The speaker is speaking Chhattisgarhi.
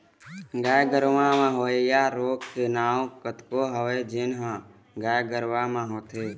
गाय गरूवा म होवइया रोग के नांव कतको हवय जेन ह गाय गरुवा म होथे